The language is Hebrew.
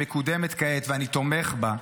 שמקודמת כעת ואני תומך בה,